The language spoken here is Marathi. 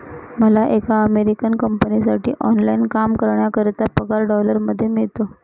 मला एका अमेरिकन कंपनीसाठी ऑनलाइन काम करण्याकरिता पगार डॉलर मध्ये मिळतो